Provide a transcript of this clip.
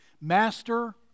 master